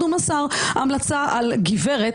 הוא מסר המלצה על גברת,